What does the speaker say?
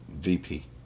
VP